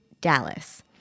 Dallas